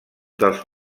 dels